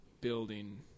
building